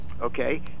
okay